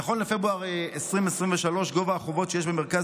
נכון לפברואר 2023 גובה החובות שיש במרכז